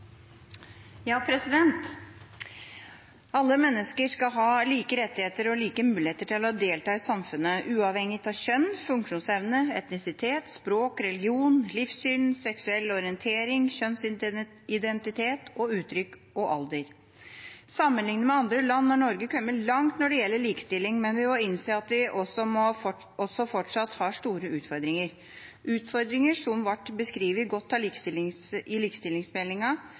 Alle mennesker skal ha like rettigheter og like muligheter til å delta i samfunnet, uavhengig av kjønn, funksjonshemning, etnisitet, språk, religion, livssyn, seksuell orientering, kjønnsidentitet og -uttrykk og alder. Sammenlignet med andre land har Norge kommet langt når det gjelder likestilling, men vi må innse at vi fortsatt har store utfordringer. Utfordringene var beskrevet godt i likestilingsmeldinga som statsråd Horne la fram, men tiltakene sto ikke i